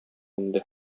инде